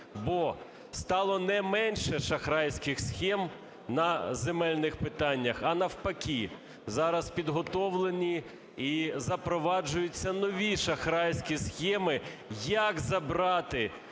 Бо стало не менше шахрайських схем на земельних питаннях, а навпаки зараз підготовлені і запроваджуються нові шахрайські схеми, як забрати